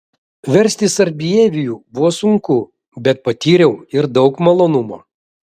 versti sarbievijų buvo sunku bet patyriau ir daug malonumo